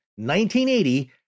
1980